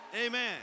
Amen